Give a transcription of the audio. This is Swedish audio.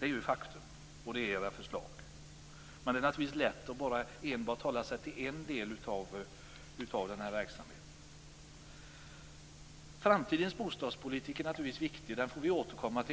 Det blir faktum med era förslag. Det är naturligtvis lätt att enbart hålla sig till en del av den här verksamheten. Framtidens bostadspolitik är naturligtvis viktig, och den får vi återkomma till.